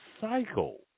cycle